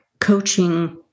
coaching